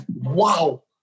wow